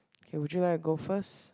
okay would you like to go first